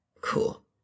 Cool